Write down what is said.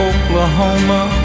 Oklahoma